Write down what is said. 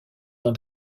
dans